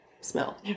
smell